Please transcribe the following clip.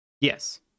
Yes